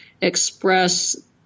express